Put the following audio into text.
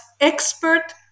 expert